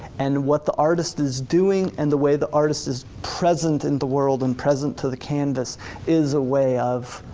and what the artist is doing and the way the artist is present in the world and present to the canvas is a way of,